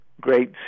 great